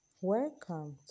Welcome